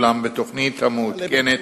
אולם בתוכנית המעודכנת